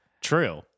true